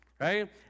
right